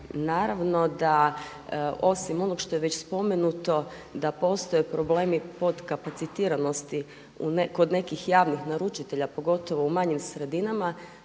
Naravno da osim onog što je već spomenuto da postoje problemi podkapacitiranosti kod nekih javnih naručitelja, pogotovo u manjim sredinama